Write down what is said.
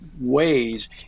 ways